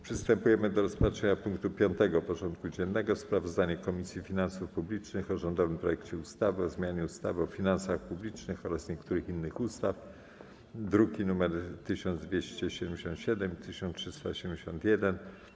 Przystępujemy do rozpatrzenia punktu 5. porządku dziennego: Sprawozdanie Komisji Finansów Publicznych o rządowym projekcie ustawy o zmianie ustawy o finansach publicznych oraz niektórych innych ustaw (druki nr 1277 i 1371)